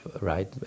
right